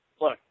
look